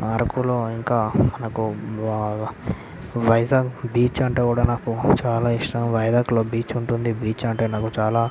ఆ అరకులో ఇంకా మనకు ఆ వైజాగ్ బీచ్ అంటే కూడా నాకు చాలా ఇష్టం వైజాగ్లో బీచ్ ఉంటుంది బీచ్ అంటే నాకు చాలా